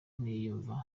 niyumva